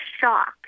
shocked